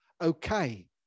okay